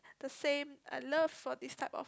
the same uh love for this type of